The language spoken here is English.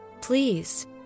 Please